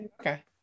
Okay